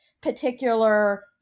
particular